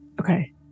Okay